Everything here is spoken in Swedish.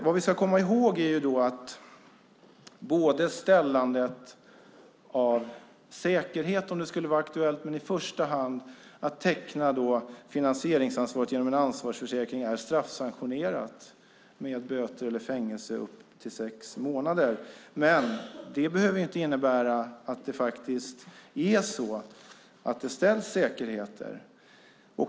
Vad vi ska komma ihåg är att både ställandet av säkerhet om det skulle vara aktuellt, men i första hand att teckna finansieringsansvaret genom en ansvarsförsäkring, är straffsanktionerat med böter eller fängelse upp till sex månader. Det behöver dock inte innebära att det faktiskt är så att det ställs säkerheter.